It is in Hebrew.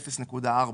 0.4,